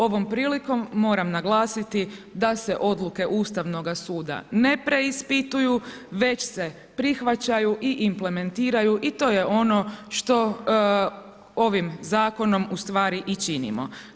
Ovom prilikom, moram naglasiti da se odluke Ustavnoga suda, ne preispituju, već se prihvaćaju i implementiraju i to je ono što ovim zakonom ustvari i činimo.